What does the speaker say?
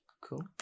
Cool